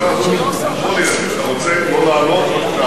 אתה רוצה לא להעלות,